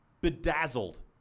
Bedazzled